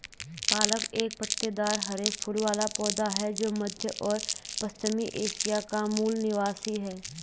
पालक एक पत्तेदार हरे फूल वाला पौधा है जो मध्य और पश्चिमी एशिया का मूल निवासी है